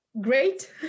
great